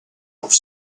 off